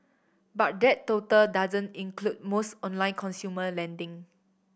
but that total doesn't include most online consumer lending